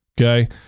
Okay